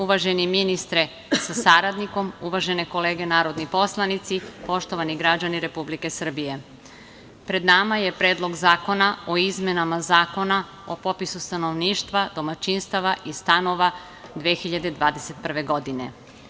Uvaženi ministre sa saradnikom, uvažene kolege narodni poslanici, poštovani građani Republike Srbije, pred nama je Predlog zakona o izmenama Zakona o popisu stanovništva, domaćinstava i stanova 2021. godine.